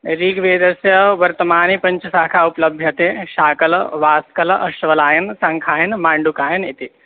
ऋग्वेदस्य वर्तमाने पञ्चशाखा उपलभ्यन्ते शाकल बाष्कल आश्वलायन शाङ्खायन माण्डुकायन इति